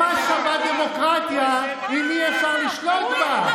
מה שווה דמוקרטיה אם אי-אפשר לשלוט בה,